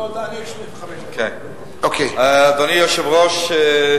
אדוני היושב-ראש,